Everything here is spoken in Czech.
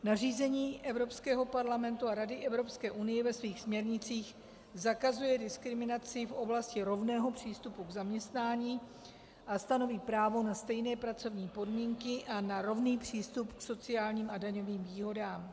Nařízení Evropského parlamentu a Rady Evropské unie ve svých směrnicích zakazuje diskriminaci v oblasti rovného přístupu k zaměstnání a stanoví právo na stejné pracovní podmínky a na rovný přístup k sociálním a daňovým výhodám.